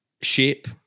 shape